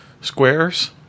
squares